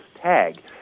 tag